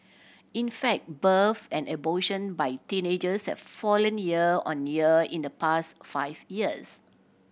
in fact births and abortion by teenagers have fallen year on year in the past five years